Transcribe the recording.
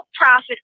Profit